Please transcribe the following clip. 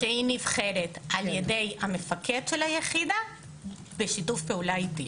שהיא נבחרת על ידי המפקד של היחידה בשיתוף פעולה איתי.